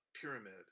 pyramid